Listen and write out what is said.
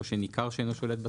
או שניכר שאינו שולט בשפה?